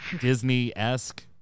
Disney-esque